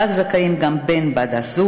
כך זכאים גם בן-הזוג,